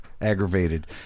aggravated